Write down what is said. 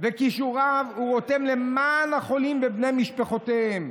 וכישוריו הוא רותם למען החולים ובני משפחותיהם.